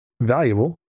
valuable